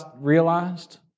realized